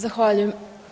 Zahvaljujem.